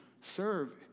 serve